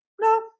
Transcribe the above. no